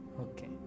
Okay